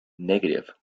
negative